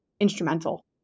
Instrumental